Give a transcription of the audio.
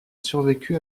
survécu